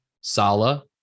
Sala